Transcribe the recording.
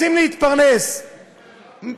רוצים להתפרנס,